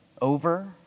Over